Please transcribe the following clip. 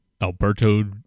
Alberto